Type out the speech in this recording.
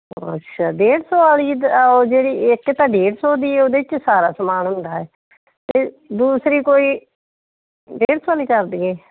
ਅੱਛਾ ਡੇਢ ਸੌ ਵਾਲੀ ਉਹ ਜਿਹੜੀ ਇੱਕ ਤਾਂ ਡੇਢ ਸੌ ਦੀ ਉਹਦੇ 'ਚ ਸਾਰਾ ਸਮਾਨ ਹੁੰਦਾ ਹੈ ਅਤੇ ਦੂਸਰੀ ਕੋਈ ਡੇਢ ਸੌ ਵਾਲੀ ਕਰ ਦਈਏ